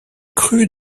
crues